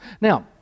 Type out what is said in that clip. Now